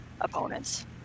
opponents